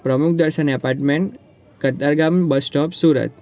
પ્રમુખ Darshan apartment Katargam bus stop Surat